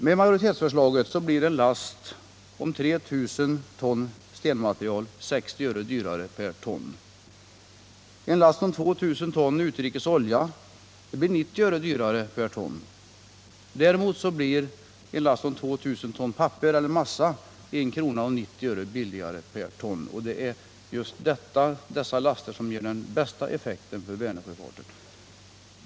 Med majoritetsförslaget blir en last om 3 000 ton stenmaterial 60 öre dyrare per ton. En last om 2000 ton importerad olja blir 90 öre dyrare per ton. Däremot blir en last om 2 000 ton papper eller massa 1 kr. 90 öre billigare per ton. Det är också just dessa laster som ger den största avgiftsminskningen för Vänersjöfarten.